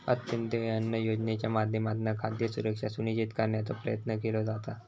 अंत्योदय अन्न योजनेच्या माध्यमातना खाद्य सुरक्षा सुनिश्चित करण्याचो प्रयत्न केलो जाता